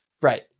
Right